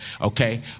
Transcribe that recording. okay